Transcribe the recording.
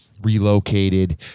relocated